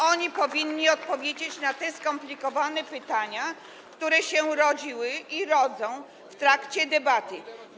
Oni powinni odpowiedzieć na te skomplikowane pytania, które się rodziły i rodzą w trakcie debaty.